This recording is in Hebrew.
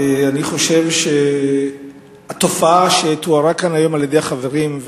אני חושב שהתופעה שתוארה כאן היום על-ידי החברים,